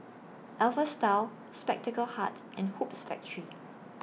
Alpha Style Spectacle Hut and Hoops Factory